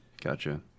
Gotcha